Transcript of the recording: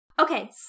Okay